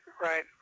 right